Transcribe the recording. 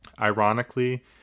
Ironically